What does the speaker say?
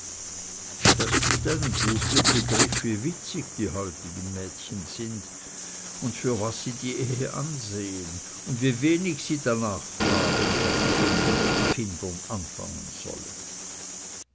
das gibt einen guten begriff wie witzig die heutigen mädchen sind und für was sie die ehe ansehen und wie wenig sie darnach fragen was kinder mit kindern anfangen sollen